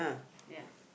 ya